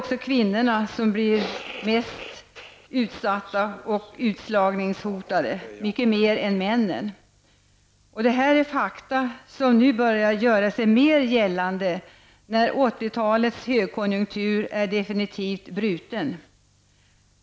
Kvinnorna är mest utsatta och utslagningshotade, mycket mer än männen. Det här är fakta som nu börjar göra sig mer gällande när 80-talets högkonjunktur definitivt är bruten.